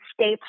stay